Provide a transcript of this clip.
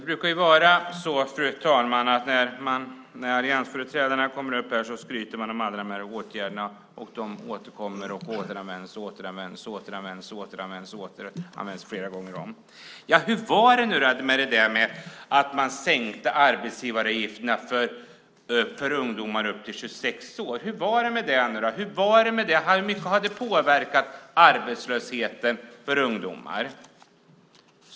Fru talman! När alliansföreträdarna kommer upp här skryter man om alla åtgärder. De återkommer och återanvänds flera gånger om. Hur blev det nu när man sänkte arbetsgivaravgifterna för ungdomar upp till 26 år? Har det påverkat arbetslösheten för ungdomar?